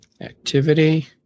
Activity